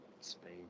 spain